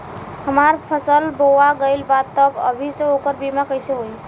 हमार फसल बोवा गएल बा तब अभी से ओकर बीमा कइसे होई?